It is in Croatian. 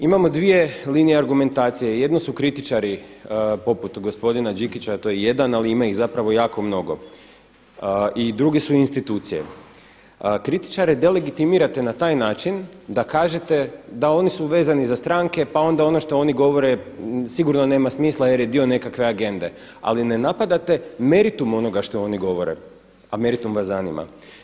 Imamo dvije linije argumentacije, jedno su kritičari poput gospodina Đikića, a to je jedan, ali ima ih zapravo jako mnogo i druge su institucije. kritičare delegitimirate na taj način da kažete da oni su vezani za stranke pa onda ono što oni govore sigurno nema smisla jer je dio nekakve agende, ali ne napadate meritum onoga što oni govore, a meritum vas zanima.